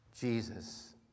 Jesus